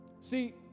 See